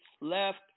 left